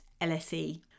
LSE